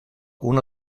uno